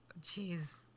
Jeez